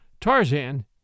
Tarzan